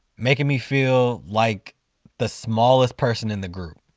making me feel like the smallest person in the group,